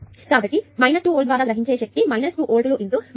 కాబట్టి 2 volt source ద్వారా గ్రహించే శక్తి 2 వోల్టుల 2